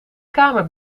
kamer